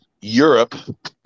Europe